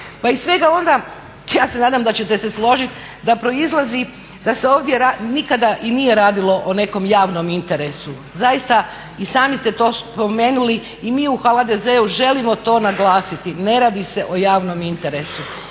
Pa iz svega onda ja se nadam da ćete se složiti da proizlazi da se ovdje nikada i nije radilo o nekom javnom interesu. Zaista, i sami ste to spomenuli i mi u HDZ-u želimo to naglasiti ne radi se o javnom interesu.